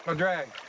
um drag?